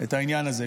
את העניין הזה.